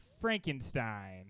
Frankenstein